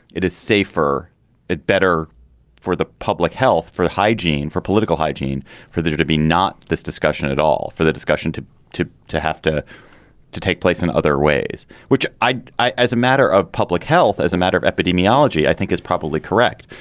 it is safer it better for the public health for hygiene for political hygiene for their to to be not this discussion at all for the discussion to to to have to to take place in other ways which i i as a matter of public health as a matter of epidemiology i think is probably correct.